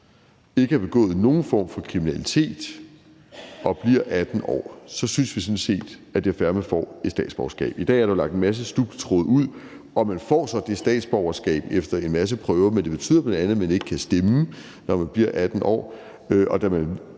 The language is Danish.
ikke har begået nogen form for kriminalitet, og de bliver 18 år, så synes vi sådan set, er det fair, at de får et statsborgerskab. I dag er der jo lagt en masse snubletråde ud, og man får så det statsborgerskab efter en masse prøver. Men det betyder bl.a., at man ikke kan stemme, når man bliver 18 år,